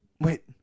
Wait